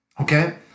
Okay